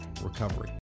recovery